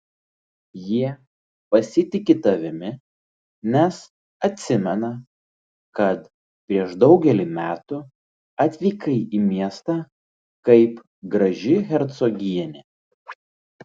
jie pasitiki tavimi nes atsimena kad prieš daugelį metų atvykai į miestą kaip graži hercogienė